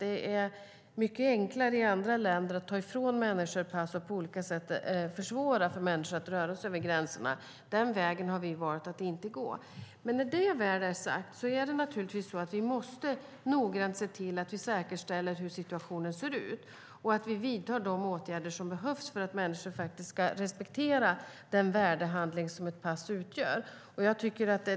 Det är i andra länder mycket enklare att ta ifrån människor pass och på olika sätt försvåra för dem att röra sig över gränserna. Den vägen har vi valt att inte gå. När detta väl är sagt måste vi naturligtvis se till att säkerställa hur situationen ser ut och att vi vidtar de åtgärder som behövs för att människor faktiskt ska respektera den värdehandling som ett pass är.